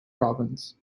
province